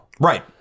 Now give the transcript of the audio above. Right